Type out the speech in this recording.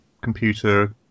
computer